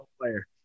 player